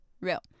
real